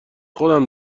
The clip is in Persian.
خودم